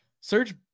search